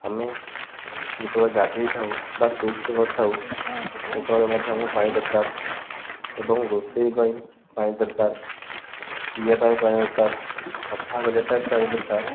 ଆମେ ଯେତେବେଳେ ଗାଧୋଇ ଥାଉ ବା ଶୌଚ କରିଥାଉ ସେତେବେଳେ ମଧ୍ୟ ଆମକୁ ପାଣି ଦରକାର ଏବଂ ରୋଷେଇ ପାଇଁ ପାଣି ଦରକାର ପିଇବା ପାଇଁ ପାଣି ଦରକାର ସଫା କରିବା ପାଇଁ ପାଣି ଦରକାର